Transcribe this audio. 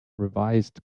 revised